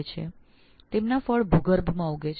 એ બધું તમે અહીં જોઈ શકો છો કે તેમના ફળ ભૂગર્ભમાં ઉગે છે